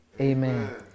amen